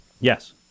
Yes